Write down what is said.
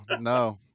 no